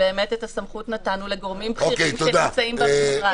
ובאמת את הסמכות נתנו לגורמים בכירים שנמצאים במשרד.